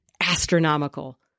astronomical